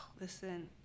Listen